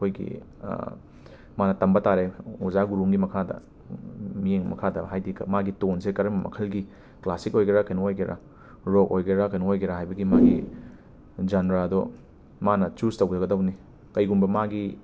ꯑꯩꯈꯣꯏꯒꯤ ꯃꯥꯅ ꯇꯝꯕ ꯇꯥꯔꯦ ꯑꯣꯖꯥ ꯒꯨꯔꯨ ꯑꯝꯒꯤ ꯃꯈꯥꯗ ꯃꯤꯠꯌꯦꯡ ꯃꯈꯥꯗ ꯍꯥꯏꯗꯤ ꯀ ꯃꯥꯒꯤ ꯇꯣꯟꯁꯦ ꯀꯔꯝ ꯃꯈꯜꯒꯤ ꯀ꯭ꯂꯥꯁꯤꯛ ꯑꯣꯏꯒꯦꯔ ꯀꯦꯅꯣ ꯑꯣꯏꯒꯦꯔ ꯔꯣꯛ ꯑꯣꯏꯒꯦꯔ ꯀꯦꯅꯣ ꯑꯣꯏꯒꯦꯔ ꯍꯥꯏꯕꯒꯤ ꯃꯥꯒꯤ ꯖꯟꯔꯥꯗꯣ ꯃꯥꯅ ꯆꯨꯁ ꯇꯧꯖꯒꯗꯧꯅꯦ ꯀꯩꯒꯨꯝꯕ ꯃꯥꯒꯤ